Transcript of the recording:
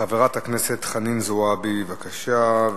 חברת הכנסת חנין זועבי, בבקשה.